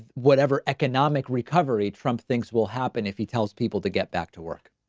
whatever economic recovery trump. things will happen if he tells people to get back to work.